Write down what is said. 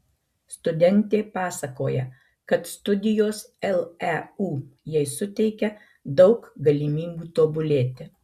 studentė pasakoja kad studijos leu jai suteikia daug galimybių tobulėti